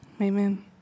Amen